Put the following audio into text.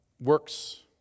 Works